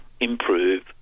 improve